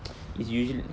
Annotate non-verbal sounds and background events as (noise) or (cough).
(noise) is usual~